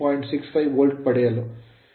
ಇದು ಉತ್ತರ